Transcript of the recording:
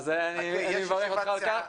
אני מברך אותך על כך.